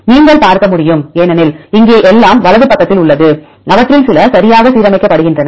நீங்கள் பார்க்க முடியும் ஏனெனில் இங்கே எல்லாம் வலது பக்கத்தில் உள்ளது அவற்றில் சில சரியாக சீரமைக்கப்படுகின்றன